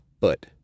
foot